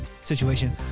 situation